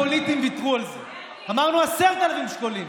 נכנסנו לגל שני וקבענו שמערכת החינוך תיסגר.